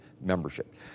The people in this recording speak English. membership